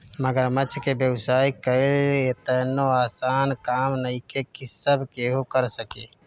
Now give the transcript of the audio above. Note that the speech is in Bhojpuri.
मगरमच्छ के व्यवसाय कईल एतनो आसान काम नइखे की सब केहू कर सके